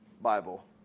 Bible